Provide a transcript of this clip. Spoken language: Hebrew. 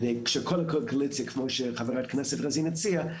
כפי שחברת הכנסת רוזין הציעה,